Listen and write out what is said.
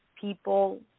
people